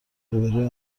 روبهروی